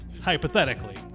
hypothetically